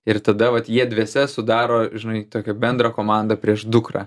ir tada vat jie dviese sudaro žinai tokią bendrą komandą prieš dukrą